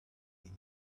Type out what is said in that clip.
been